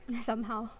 somehow